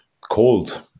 cold